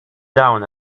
down